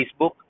Facebook